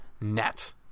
net